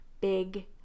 big